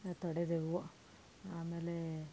ತೊಡೆದೇವು ಆಮೇಲೆ